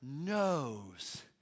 knows